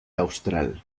austral